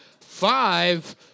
five